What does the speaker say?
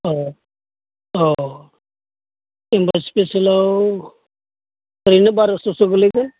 अह अह होमबा स्पिसियेलाव ओरैनो बार'स'सो गोलैगोन